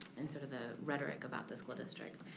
and sort of the rhetoric about the school district.